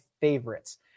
favorites